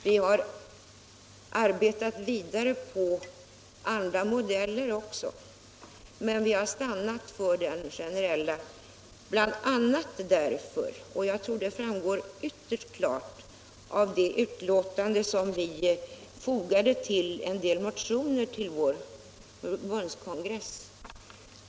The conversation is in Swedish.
Vi har arbetat vidare på andra modeller också, men vi har stannat för den generella, vilket jag tror framgår ytterligt klart av det utlåtande som vi fogade till en del motioner till vår förbundskongress.